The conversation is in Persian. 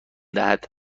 دهد